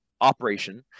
operation